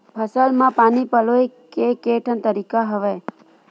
फसल म पानी पलोय के केठन तरीका हवय?